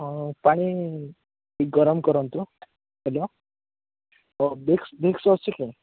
ହଁ ପାଣି ଗରମ କରନ୍ତୁ ହ୍ୟାଲୋ ତ ଭିକ୍ସ୍ ଭିକ୍ସ୍ ଅଛି କି